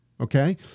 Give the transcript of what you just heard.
okay